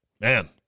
Man